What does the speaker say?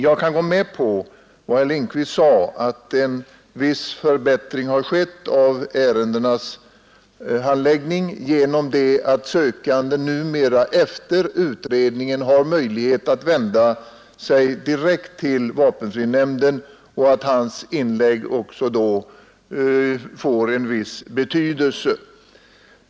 Jag kan gå med på vad herr Lindkvist sade om att en viss förbättring har skett av ärendenas handläggning genom att den sökande numera efter den verkställda utredningen har möjlighet att vända sig direkt till vapenfrinämnden, varvid också hans inlägg tillmäts en viss betydelse.